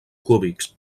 cúbics